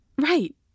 Right